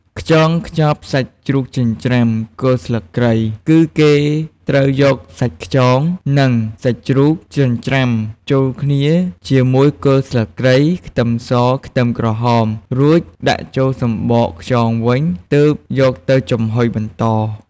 ខ្យងខ្ចប់សាច់ជ្រូកចិញ្ច្រាំគល់ស្លឹកគ្រៃ គឺគេត្រូវយកសាច់ខ្យង និងសាច់ជ្រូក ចិញ្រ្ចាំចូលគ្នាជាមួយគល់ស្លឹកគ្រៃ ខ្ទឹមស ខ្ទឹមក្រហម រួចដាក់ចូលសំបកខ្យងវិញ ទើបយកទៅចំហុយបន្ត។